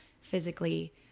physically